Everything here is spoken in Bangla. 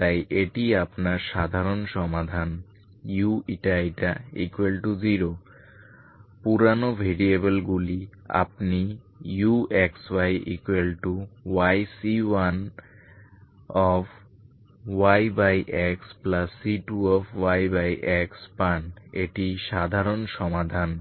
তাই এটি আপনার সাধারণ সমাধান uηη0 পুরানো ভেরিয়েবলগুলি আপনি uxyyC1yxC2yx পান এটি সাধারণ সমাধান